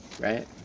right